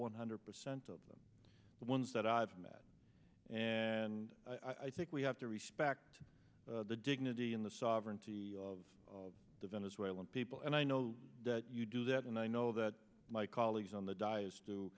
one hundred percent of the ones that i've met and i think we have to respect the dignity in the sovereignty of the venezuelan people and i know that you do that and i know that my colleagues on the dias